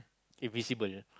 it be simple